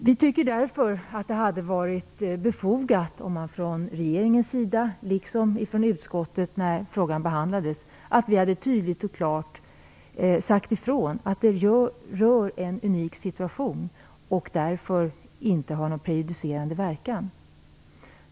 Vi tycker därför att det hade varit befogat att man från regeringens sida liksom från utskottets sida - när frågan behandlades - tydligt och klart hade sagt ifrån att det gäller en unik situation och därför inte har någon prejudicerande verkan.